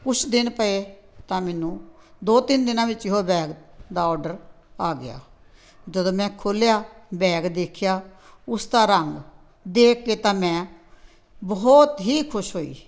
ਕੁਛ ਦਿਨ ਪਏ ਤਾਂ ਮੈਨੂੰ ਦੋ ਤਿੰਨ ਦਿਨਾਂ ਵਿੱਚ ਹੀ ਉਹ ਬੈਗ ਦਾ ਔਡਰ ਆ ਗਿਆ ਜਦੋਂ ਮੈਂ ਖੋਲ੍ਹਿਆ ਬੈਗ ਦੇਖਿਆ ਉਸਦਾ ਰੰਗ ਦੇਖ ਕੇ ਤਾਂ ਮੈਂ ਬਹੁਤ ਹੀ ਖੁਸ਼ ਹੋਈ